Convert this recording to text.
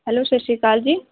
hello Sat Sri Akal ਜੀ